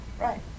Right